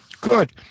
Good